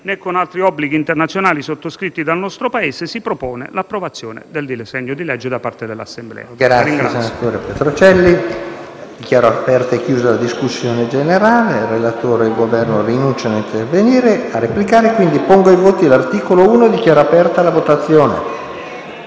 né con altri obblighi internazionali sottoscritti dal nostro Paese, si propone l'approvazione del disegno di legge da parte dell'Assemblea.